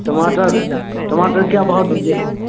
टमाटर टमाटर क्या भाव दीजिएगा